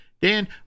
Dan